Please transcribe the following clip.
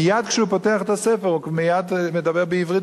מייד כשהוא פותח את הספר הוא מייד מדבר בעברית,